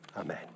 amen